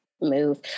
move